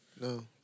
No